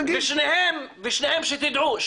ושניהם שתדעו,